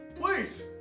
Please